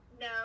no